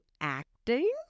acting